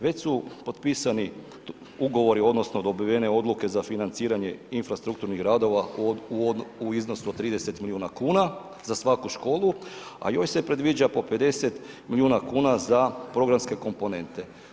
Već su potpisani ugovori odnosno dobivene odluke za financiranje infrastrukturnih radova u iznosu od 30 milijuna kuna za svaku školu, a još se predviđa po 50 miliona kuna za programske komponente.